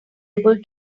able